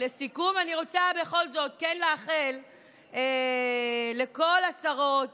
לסיכום, אני רוצה בכל זאת כן לאחל לכל השרות